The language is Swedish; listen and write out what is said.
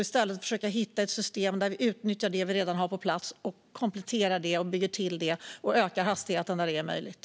I stället ska vi försöka hitta ett system där vi utnyttjar det vi redan har på plats, kompletterar och bygger till det och ökar hastigheten där det är möjligt.